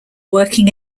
working